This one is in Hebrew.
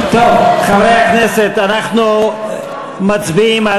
חברי הכנסת, אנחנו מצביעים,